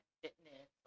fitness